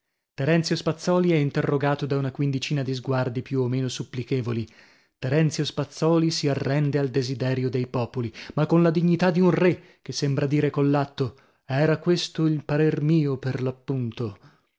terenzio spazzòli è interrogato da una quindicina di sguardi più o meno supplichevoli terenzio spazzòli si arrende al desiderio dei popoli ma con la dignità di un re che sembra dire coll'atto era questo il parer mio per